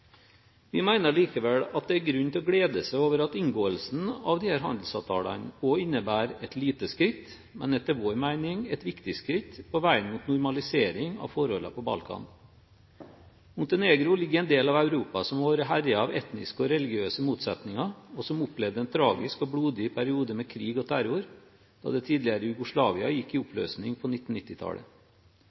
Vi mener likevel at det er grunn til å glede seg over at inngåelsen av disse handelsavtalene også innebærer et lite skritt, men etter vår mening et viktig skritt på veien mot normalisering av forholdene på Balkan. Montenegro ligger i en del av Europa som har vært herjet av etniske og religiøse motsetninger, og som opplevde en tragisk og blodig periode med krig og terror da det tidligere Jugoslavia gikk i oppløsning på